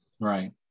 Right